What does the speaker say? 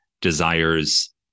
desires